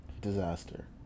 Disaster